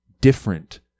different